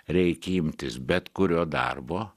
reikia imtis bet kurio darbo